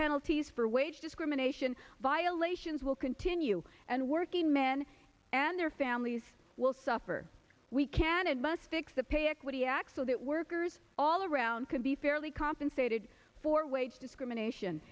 penalties for wage discrimination violations will continue and working men and their families will suffer we can and must fix the pay equity acts so that workers all around can be fairly compensated for wage discrimination